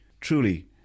Truly